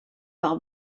par